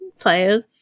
players